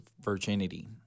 virginity